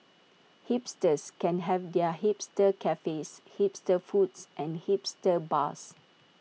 hipsters can have their hipster cafes hipster foods and hipster bars